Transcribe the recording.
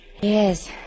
Yes